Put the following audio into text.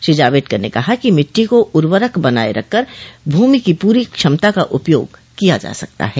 श्री जावड़ेकर ने कहा कि मिट्टी को उर्वरक बनाये रखकर भूमि की पूरी क्षमता का उपयोग किया जा सकता है